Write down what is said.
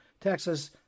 Texas